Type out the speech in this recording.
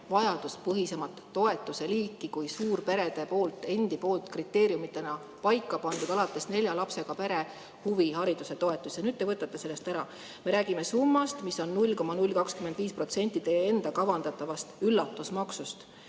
vajaduspõhisemat toetuseliiki kui suurperede endi poolt kriteeriumitega paika pandud alates nelja lapsega pere huvihariduse toetus ja nüüd te võtate selle ära. Me räägime summast, mis on 0,025% teie enda kavandatavast üllatusmaksust.